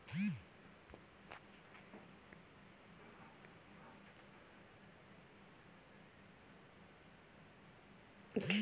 खिलत पौधा ल कीरा से बचाय बर का करेला लगथे?